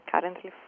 currently